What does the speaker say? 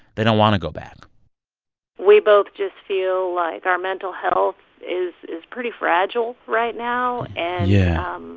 they don't want to go back we both just feel like our mental health is is pretty fragile right now. and. yeah. um